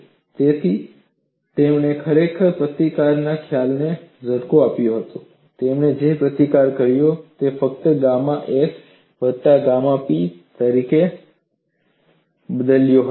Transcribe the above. તેથી તેમણે ખરેખર પ્રતિકારના ખ્યાલને ઝટકો આપ્યો હતો તેમણે જે પ્રતિકાર કર્યો હતો તેને ફક્ત ગામા S વત્તા ગામા P તરીકે બદલ્યો હતો